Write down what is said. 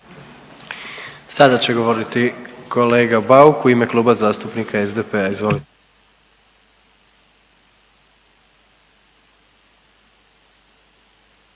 Sada će govoriti kolega Bauk u ime Kluba zastupnika SDP-a. Izvolite.